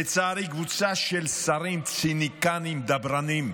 לצערי, קבוצה של שרים ציניקנים דברנים,